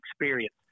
experience